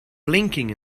blinking